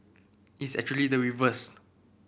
it's actually the reverse